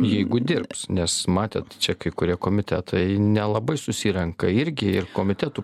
jeigu dirbs nes matėt čia kai kurie komitetai nelabai susirenka irgi ir komitetų